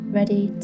ready